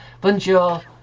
bonjour